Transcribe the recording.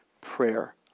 Prayer